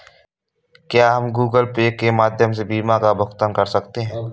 क्या हम Google Pay के माध्यम से बीमा का भुगतान कर सकते हैं?